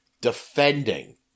defending